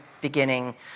beginning